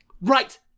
Right